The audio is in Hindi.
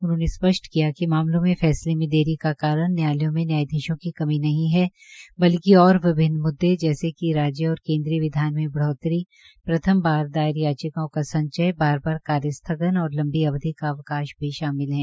उन्होंने स्पष्ट कि मामलों में फैसलों में देरी का कारण न्यायालयों में न्यायाधीशों की कमी नहीं है बल्कि और विभिन्न मुद्दे जैसे कि राज्य और केन्द्रीय विधान में बढ़ोतरी पहली बार सुनवाई का संचय बार बार कार्य स्थगन और लंबी अवधि का अवकाश भी शामिल है